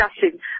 discussing